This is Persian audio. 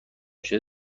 شده